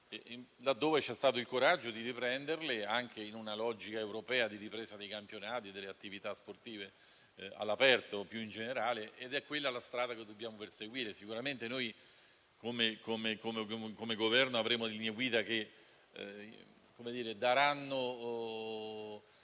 quando c'è stato il coraggio di riprenderle, anche in una logica europea di ripresa dei campionati e delle attività sportive all'aperto più in generale. È quella la strada che dobbiamo perseguire. Sicuramente noi, come Governo, avremo linee guida contenenti